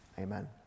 amen